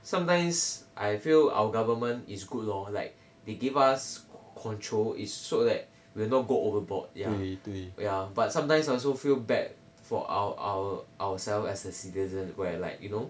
sometimes I feel our government is good lor like they give us control it's so that we will not go overboard ya ya but sometimes also feel bad for our~ our~ ourselves as a citizen where like you know